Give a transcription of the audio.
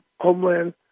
Homeland